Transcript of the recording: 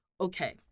Okay